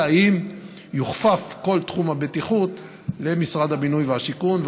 אלא אם כן יוכפף כל תחום הבטיחות למשרד הבינוי והשיכון,